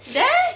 there